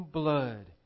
blood